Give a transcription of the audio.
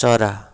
चरा